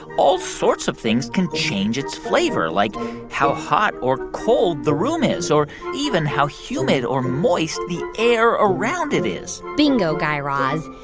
all sorts of things can change its flavor, like how hot or cold the room is or even how humid or moist the air around it is bingo, guy raz.